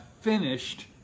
finished